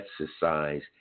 exercise